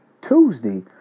Tuesday